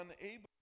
unable